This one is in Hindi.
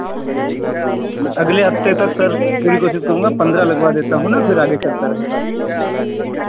मैं अगले हफ्ते तक सर पूरी कोशिश करूंगा पंद्रह लगवा देता हूँ ना फिर आगे चलता रहेगा